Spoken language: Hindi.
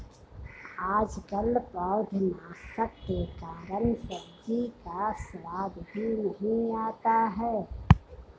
आजकल पौधनाशक के कारण सब्जी का स्वाद ही नहीं आता है